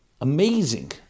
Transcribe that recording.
amazing